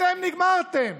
אתם נגמרתם.